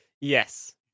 Yes